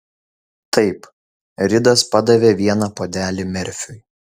taip ridas padavė vieną puodelį merfiui